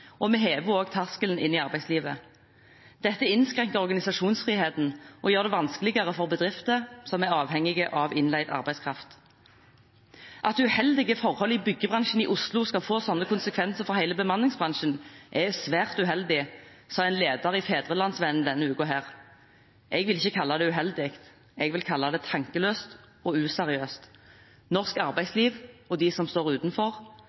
hever vi også terskelen inn i arbeidslivet. Dette innskrenker organisasjonsfriheten og gjør det vanskeligere for bedrifter som er avhengige av innleid arbeidskraft. «At uheldige forhold i byggebransjen i Oslo skal få slike konsekvenser for hele landet, og hele bemanningsbransjen, er uheldig» sa en lederartikkel i Fædrelandsvennen denne uken. Jeg vil ikke kalle det uheldig; jeg vil kalle det tankeløst og useriøst. Norsk arbeidsliv og de som står utenfor,